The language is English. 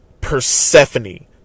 Persephone